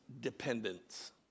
dependence